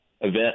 event